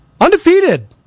Undefeated